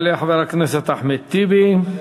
יעלה חבר הכנסת אחמד טיבי.